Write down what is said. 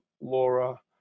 Laura